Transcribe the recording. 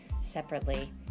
separately